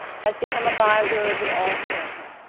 has become a byword with all who know her,